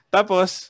Tapos